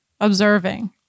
observing